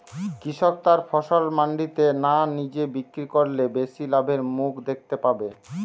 কৃষক তার ফসল মান্ডিতে না নিজে বিক্রি করলে বেশি লাভের মুখ দেখতে পাবে?